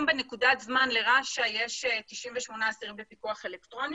בנקודת הזמן היום לרש"א יש 98 אסירים בפיקוח אלקטרוני